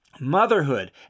motherhood